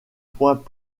point